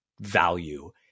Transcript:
value